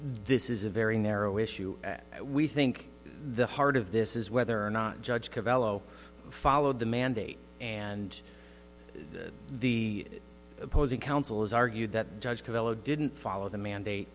this is a very narrow issue we think the heart of this is whether or not judge covello followed the mandate and the opposing counsel has argued that judge developed didn't follow the mandate